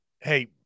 hey